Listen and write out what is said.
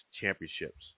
championships